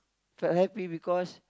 felt happy because